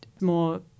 more